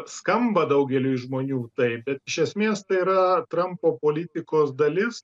skamba daugeliui žmonių tai bet iš esmės tai yra trampo politikos dalis